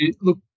look